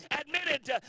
admitted